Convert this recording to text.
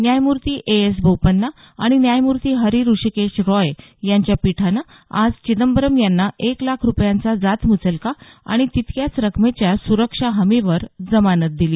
न्यायमूर्ती A S Bopanna आणि न्यायमूर्ती हरी हृषिकेश रॉय यांच्या पीठानं चिदंबरम यांना एक लाख रुपयांचा जातम्चलका आणि तितक्याच रकमेच्या सुरक्षा हमीवर आज जामीन मंजूर केला